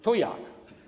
To jak?